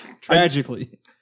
Tragically